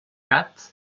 gat